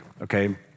Okay